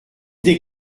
des